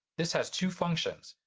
this has two functions,